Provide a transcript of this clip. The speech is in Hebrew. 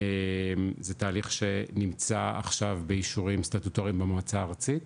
זה תהליך שנמצא עכשיו באישורים סטטוטוריים במועצה הארצית,